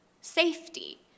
safety